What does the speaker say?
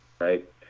right